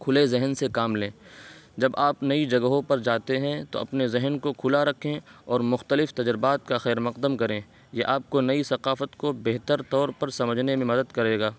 کھلے ذہن سے کام لیں جب آپ نئی جگہوں پر جاتے ہیں تو اپنے ذہن کو کھلا رکھیں اور مختلف تجربات کا خیر مقدم کریں یہ آپ کو نئی ثقافت کو بہتر طور پر سمجھنے میں مدد کرے گا